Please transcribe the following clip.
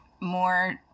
more